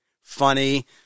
funny